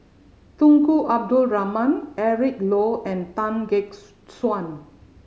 Tunku Abdul Rahman Eric Low and Tan Gek Suan